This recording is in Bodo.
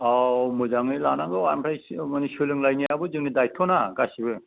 औ मोजाङै लानांगौ आमफाय माने सोलों लायनायाबो जोंनि दायथ' ना गासिबो